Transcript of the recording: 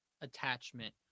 attachment